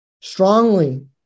strongly